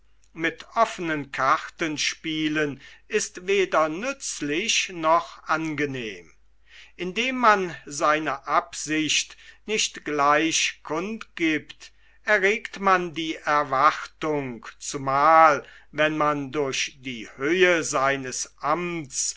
mit offenen karten spielen ist weder nützlich noch angenehm indem man seine absicht nicht gleich kund giebt erregt man die erwartung zumal wann man durch die höhe seines amts